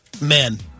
men